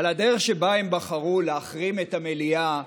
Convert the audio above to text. אבל הדרך שבה הם בחרו להחרים את המליאה,